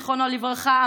זיכרונו לברכה,